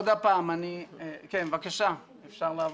אני מצטער.